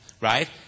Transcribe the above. right